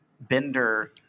Bender